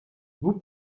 vous